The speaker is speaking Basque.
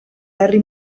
herri